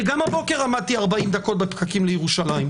כי גם הבוקר עמדתי 40 דקות בפקקים לירושלים.